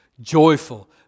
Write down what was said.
joyful